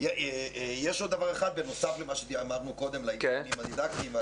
יש עוד דבר אחד בנוסף למה שאמרנו קודם על האבחונים הדידקטיים,